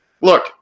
Look